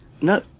No